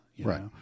Right